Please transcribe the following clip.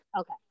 Okay